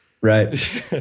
Right